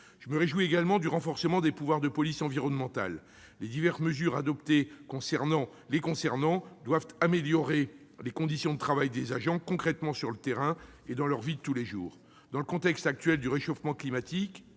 Je me réjouis également du renforcement des pouvoirs de la police environnementale. Les diverses mesures relatives à ces pouvoirs devraient améliorer les conditions de travail des agents, concrètement, sur le terrain et dans leur vie de tous les jours. Dans le contexte actuel de réchauffement climatique,